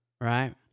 Right